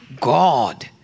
God